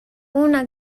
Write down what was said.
una